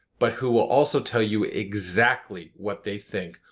but who will also tell you exactly what they think.